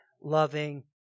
loving